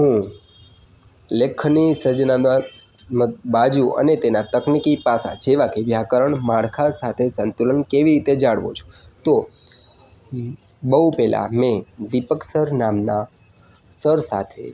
હું લેખનની સર્જનાત્મક બાજુ અને તેનાં તકનીકી પાસા જેવાં કે વ્યાકરણ માળખા સાથે સંતુલન કેવી રીતે જાળવો છો તો બહું પહેલાં મેં દિપક સર નામનાં સર સાથે